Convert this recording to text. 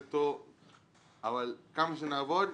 אבל כמה שנעבוד,